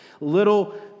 Little